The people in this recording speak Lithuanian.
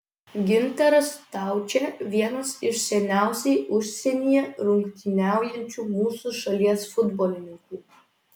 gintaras staučė vienas iš seniausiai užsienyje rungtyniaujančių mūsų šalies futbolininkų